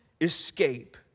escape